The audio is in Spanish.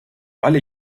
vale